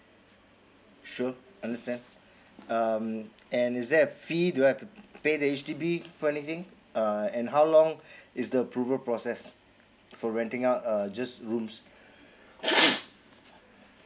sure understand um and is there a fee do I have to pay the H_D_B for anything uh and how long is the approval process for renting out err just rooms